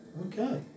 Okay